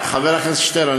חבר הכנסת שטרן,